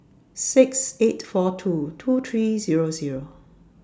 six eight four two two three Zero Zero